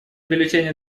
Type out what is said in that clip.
бюллетени